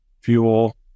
fuel